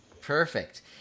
Perfect